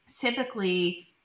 typically